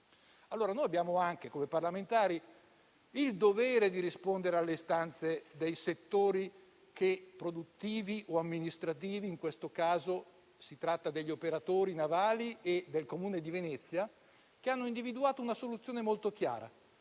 parlamentari, abbiamo anche il dovere di rispondere alle istanze dei settori produttivi o amministrativi - in questo caso si tratta degli operatori navali e del Comune di Venezia - che hanno individuato una soluzione molto chiara: